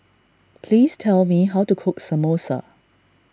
please tell me how to cook Samosa